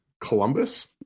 Columbus